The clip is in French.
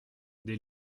des